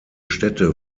städte